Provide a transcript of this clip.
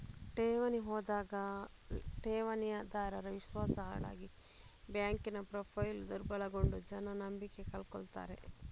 ಠೇವಣಿ ಹೋದಾಗ ಠೇವಣಿದಾರರ ವಿಶ್ವಾಸ ಹಾಳಾಗಿ ಬ್ಯಾಂಕಿನ ಪ್ರೊಫೈಲು ದುರ್ಬಲಗೊಂಡು ಜನ ನಂಬಿಕೆ ಕಳ್ಕೊತಾರೆ